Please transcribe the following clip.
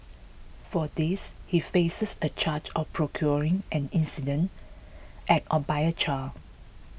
for this he faces a charge of procuring an indecent act by a child